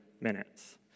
minutes